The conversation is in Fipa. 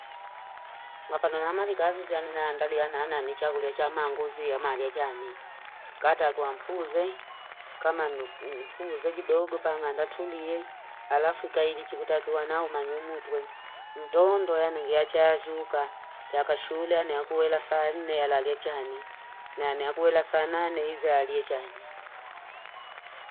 Mapanonamali kazi za naandaliana na naanichakulia cha maanguzi yamalechani kata akiwa mfunze. kama ni mfunze kidogo mpaka ang'anda tulie alafu kaili chikutakiwe nao manyunyu tuwe ntoondo yani ngeachaazuka yakashula nakuela saa nne yalale chani nani nakuela saa nane nalia chani.